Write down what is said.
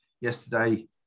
yesterday